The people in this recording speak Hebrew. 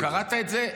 קראתי את זה.